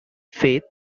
faith